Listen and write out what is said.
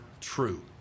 true